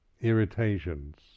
irritations